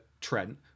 Trent